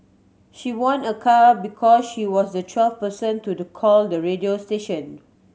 she won a car because she was the twelfth person to the call the radio station